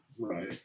Right